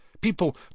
People